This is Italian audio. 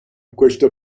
questo